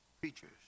preachers